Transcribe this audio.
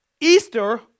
Easter